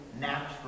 natural